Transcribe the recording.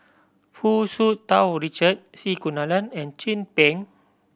Hu Tsu Tau Richard C Kunalan and Chin Peng